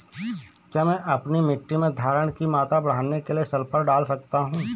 क्या मैं अपनी मिट्टी में धारण की मात्रा बढ़ाने के लिए सल्फर डाल सकता हूँ?